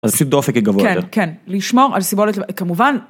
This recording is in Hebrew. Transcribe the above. אז פשוט דופק גבוה יותר. כן, כן, לשמור על סיבולות, כמובן.